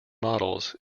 models